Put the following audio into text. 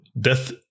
death